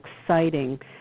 exciting